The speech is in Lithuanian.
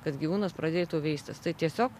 kad gyvūnas pradėtų veistis tai tiesiog